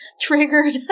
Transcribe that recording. triggered